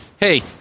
hey